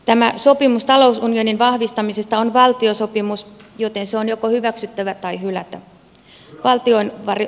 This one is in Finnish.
tämä sopimus talousunionin vahvistamisesta on valtiosopimus joten se on joko hyväksyttävä tai hylättävä